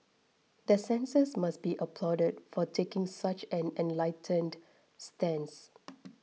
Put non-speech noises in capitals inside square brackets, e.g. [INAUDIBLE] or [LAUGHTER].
the censors must be applauded for taking such an enlightened stance [NOISE]